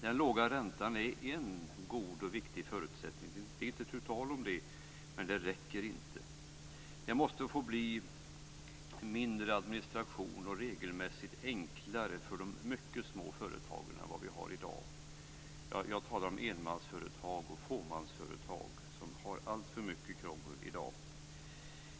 Den låga räntan är en viktig förutsättning - inte tu tal om det - men det räcker inte. Det måste bli mindre administration och regelmässigt enklare för de små företagen än vad det nu är - jag talar då om enmansoch fåmansföretag som har alltför mycket krångel i dag.